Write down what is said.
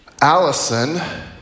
Allison